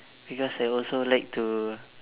because I also like to